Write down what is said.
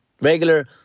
Regular